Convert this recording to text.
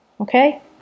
Okay